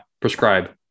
prescribe